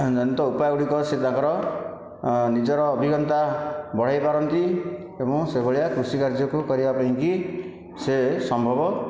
ଜନିତ ଉପାୟ ଗୁଡ଼ିକ ସେ ତାଙ୍କର ନିଜର ଅଭିଜ୍ଞତା ବଢ଼େଇ ପାରନ୍ତି ଏବଂ ସେହିଭଳିଆ କୃଷି କାର୍ଯ୍ୟକୁ କରିବା ପାଇଁକି ସେ ସମ୍ଭବ